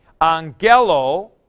angelo